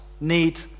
need